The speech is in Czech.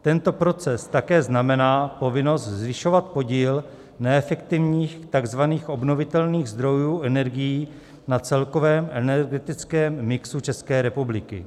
Tento proces také znamená povinnost zvyšovat podíl neefektivních takzvaných obnovitelných zdrojů energií na celkovém energetickém mixu České republiky.